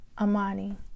amani